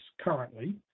currently